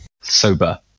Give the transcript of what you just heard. sober